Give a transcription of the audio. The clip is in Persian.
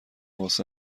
غصه